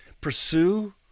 pursue